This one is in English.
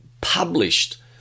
published